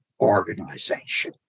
organization